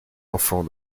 enfant